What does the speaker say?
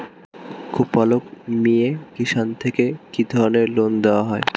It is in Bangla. গোপালক মিয়ে কিষান থেকে কি ধরনের লোন দেওয়া হয়?